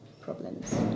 problems